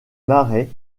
marais